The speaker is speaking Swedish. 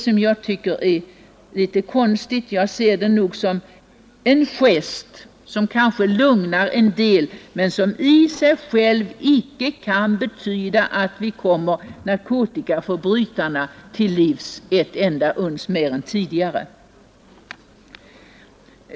Han sade det i TV också. Jag ser det nog som en gest som kanske lugnar en del men som i sig själv inte betyder att vi kommer narkotikaförbrytarna till livs ett enda uns mer än tidigare.